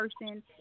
person